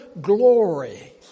glory